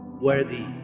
worthy